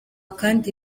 kandi